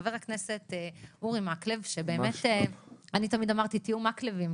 חבר הכנסת אורי מקלב אני תמיד אמרתי: תהיו מקלבים.